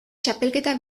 txapelketa